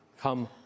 come